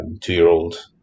two-year-old